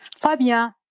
Fabien